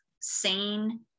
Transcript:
sane